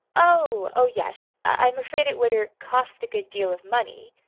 oh! oh, yes, i i'm afraid it would er cost a good deal of money,